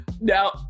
Now